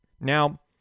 Now